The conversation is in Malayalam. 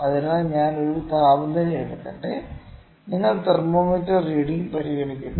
അതിനാൽ ഞാൻ ഒരു താപനില എടുക്കട്ടെ നിങ്ങൾ തെർമോമീറ്റർ റീഡിങ് പരിഗണിക്കുന്നു